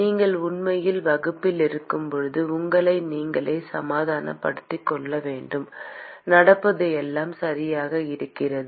நீங்கள் உண்மையில் வகுப்பில் இருக்கும்போது உங்களை நீங்களே சமாதானப்படுத்திக் கொள்ள வேண்டும் நடப்பது எல்லாம் சரியாக இருக்கிறது